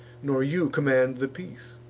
nor you command the peace.